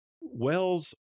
Wells